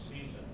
season